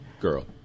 girl